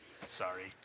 Sorry